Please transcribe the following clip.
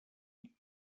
بکینم